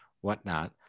whatnot